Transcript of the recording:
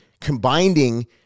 combining